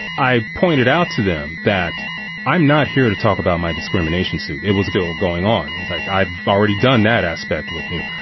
i pointed out to them that i'm not here to talk about my discrimination suit. it was still going on. it's like i've already done that aspect with you.